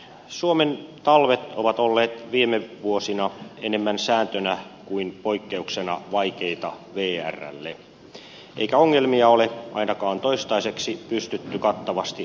suomen talvet ovat olleet viime vuosina enemmän sääntönä kuin poikkeuksena vaikeita vrlle eikä ongelmia ole ainakaan toistaiseksi pystytty kattavasti ratkaisemaan